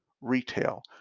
retail